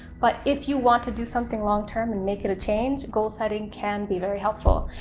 but if you want to do something long-term and make it a change, goal setting can be very helpful,